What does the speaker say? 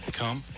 come